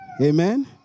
Amen